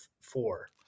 four